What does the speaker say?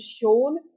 shown